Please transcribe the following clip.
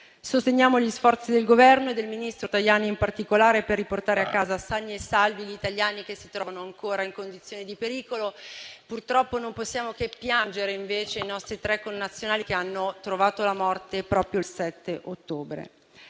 Sosteniamo gli sforzi del Governo, e del ministro Tajani in particolare, per riportare a casa sani e salvi gli italiani che si trovano ancora in condizioni di pericolo. Purtroppo non possiamo che piangere, invece, i nostri tre connazionali che hanno trovato la morte proprio il 7 ottobre.